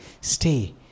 Stay